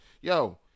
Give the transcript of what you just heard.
yo